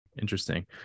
Interesting